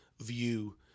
view